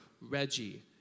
Reggie